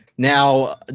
Now